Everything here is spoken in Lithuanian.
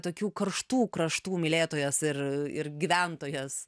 tokių karštų kraštų mylėtojas ir gyventojas